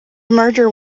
merger